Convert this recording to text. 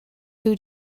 who